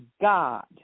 God